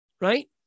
right